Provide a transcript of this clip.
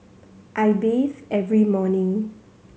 I bathe every morning